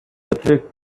trick